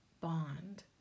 bond